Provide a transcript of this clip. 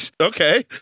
Okay